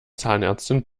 zahnärztin